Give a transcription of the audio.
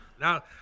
Now